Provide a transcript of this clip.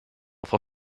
for